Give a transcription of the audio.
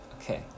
Okay